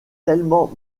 tellement